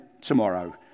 tomorrow